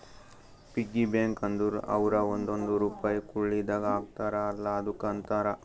piggy bank ಅಂದುರ್ ಅವ್ರು ಒಂದೊಂದ್ ರುಪೈ ಕುಳ್ಳಿದಾಗ ಹಾಕ್ತಾರ ಅಲ್ಲಾ ಅದುಕ್ಕ ಅಂತಾರ